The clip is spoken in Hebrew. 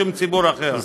יש ציבור שלם שחושב אחרת,